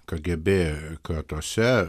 kgb kratose